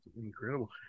incredible